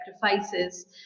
sacrifices